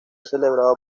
celebrado